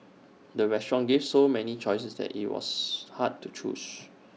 the restaurant gave so many choices that IT was hard to choose